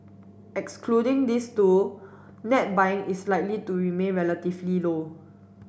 excluding these two net buying is likely to remain relatively low